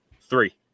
Three